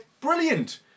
brilliant